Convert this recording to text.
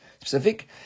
specific